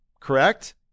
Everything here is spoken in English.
Correct